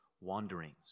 wanderings